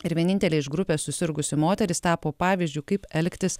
ir vienintelė iš grupės susirgusi moteris tapo pavyzdžiu kaip elgtis